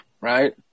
right